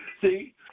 See